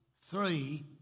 three